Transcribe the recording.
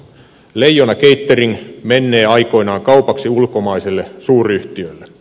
leijona catering mennee aikoinaan kaupaksi ulkomaiselle suuryhtiölle